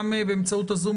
גם באמצעות הזום,